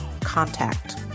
contact